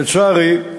לצערי,